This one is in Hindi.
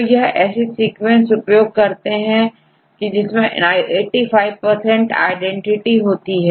तो यह ऐसे सीक्वेंस उपयोग करते हैं जिनकी 85 आइडेंटिटी होती है